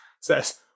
says